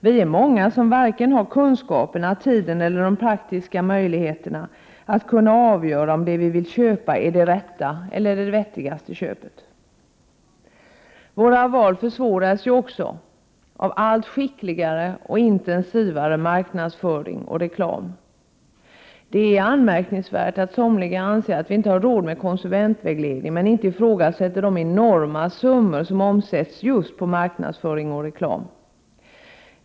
Vi är många som varken har kunskaperna, tiden eller de praktiska möjligheterna att kunna avgöra om det vi vill köpa är det rätta eller det vettigaste köpet. Våra val försvåras också av allt skickligare och intensivare marknadsföring och reklam. Det är anmärkningsvärt att somliga anser att vi inte har råd med konsumentvägledning men inte ifrågasätter de enorma summor som omsätts just på marknadsföring och reklam.